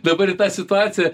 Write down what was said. dabar tą situaciją